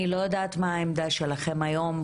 אני לא יודעת מה העמדה שלכם היום,